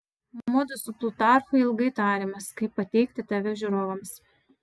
mudu su plutarchu ilgai tarėmės kaip pateikti tave žiūrovams